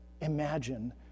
imagine